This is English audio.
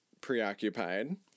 preoccupied